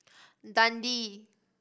Dundee